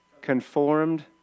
conformed